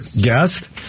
guest